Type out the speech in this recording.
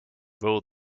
ruled